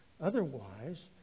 Otherwise